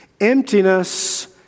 Emptiness